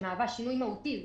שמהווה שינוי מהותי,